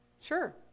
sure